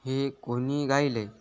हे कोणी गायले